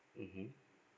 mmhmm